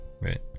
right